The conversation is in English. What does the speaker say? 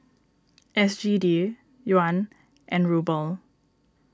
S G D Yuan and Ruble